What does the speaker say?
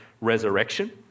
resurrection